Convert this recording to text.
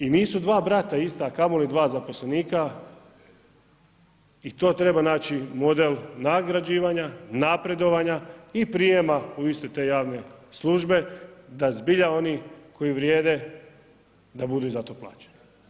I nisu dva brata ista, a kamoli 2 zaposlenika i to treba naći model nagrađivanja, napredovanja i prijema u iste te javne službe da zbilja oni koji vrijede da budu i zato plaćeni.